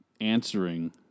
answering